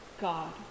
God